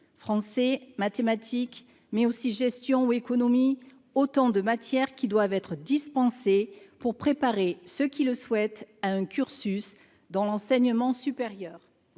français, mathématiques, mais aussi gestion et économie, autant d'enseignements qui doivent être dispensés pour préparer ceux qui le souhaitent à un cursus dans l'enseignement supérieur.